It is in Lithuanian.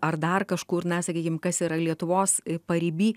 ar dar kažkur na sakykim kas yra lietuvos pariby